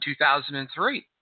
2003